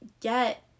get